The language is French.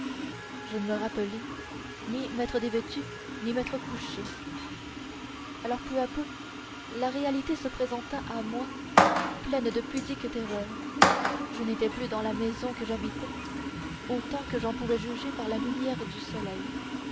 je ne me rappelai ni m'être dévêtue ni m'être couchée alors peu à peu la réalité se présenta à moi pleine de pudiques terreurs je n'étais plus dans la maison que j'habitais autant que j'en pouvais juger par la lumière du soleil